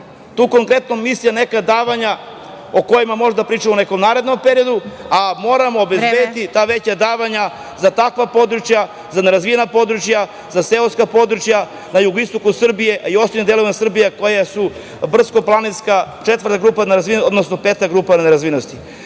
tu konkretno misli na neka davanja o kojima možda pričamo u nekom narednom periodu, a moramo obezbediti ta veća davanja za takva područja, za nerazvijena područja, za seoska područja na jugoistoku Srbije, a i ostalima delovima Srbije koja su brdsko-planinska, četvrta grupa nerazvijenosti, odnosno peta grupa nerazvijenosti. Još